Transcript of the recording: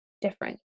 different